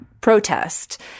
protest